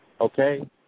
Okay